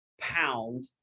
pound